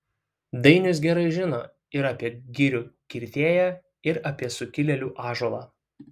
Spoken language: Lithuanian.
dainius gerai žino ir apie girių kirtėją ir apie sukilėlių ąžuolą